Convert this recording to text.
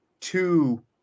two